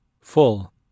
Full